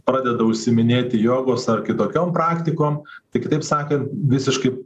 pradeda užsiiminėti jogos ar kitokiom praktikom tai kitaip sakant visiškai